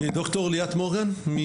ד"ר ליאת מורגן.